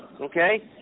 Okay